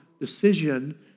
decision